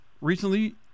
recently –